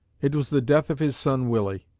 it was the death of his son willie,